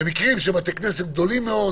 במקרים של בתי כנסת גדולים מאוד,